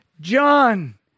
John